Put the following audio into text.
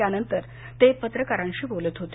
त्यानंतर ते पत्रकारांशी बोलत होते